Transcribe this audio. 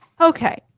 Okay